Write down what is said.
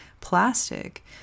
plastic